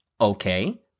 Okay